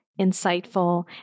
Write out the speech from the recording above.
insightful